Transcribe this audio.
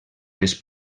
les